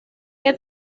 que